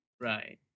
Right